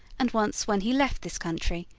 and once when he left this country,